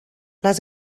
les